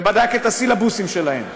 ובדק את הסילבוסים שלהם,